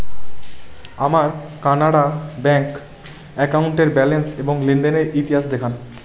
আমার কানাড়া ব্যাংক অ্যাকাউন্টের ব্যালেন্স এবং লেনদেনের ইতিহাস দেখান